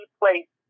place